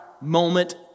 moment